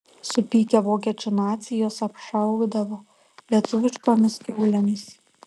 supykę vokiečių naciai juos apšaukdavo lietuviškomis kiaulėmis